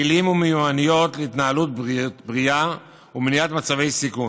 כלים ומיומנויות להתנהלות בריאה ומניעת מצבי סיכון.